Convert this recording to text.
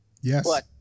yes